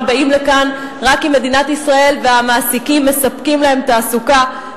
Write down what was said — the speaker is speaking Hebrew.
הם באים לכאן רק כי מדינת ישראל והמעסיקים מספקים להם תעסוקה.